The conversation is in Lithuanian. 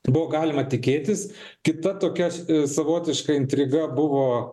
buvo galima tikėtis kita tokia savotiška intriga buvo